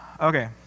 Okay